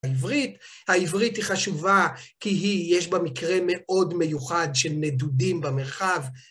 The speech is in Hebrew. העברית, העברית היא חשובה כי היא יש בה מקרה מאוד מיוחד של נדודים במרחב